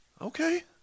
Okay